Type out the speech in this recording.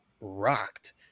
rocked